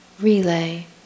Relay